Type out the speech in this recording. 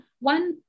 one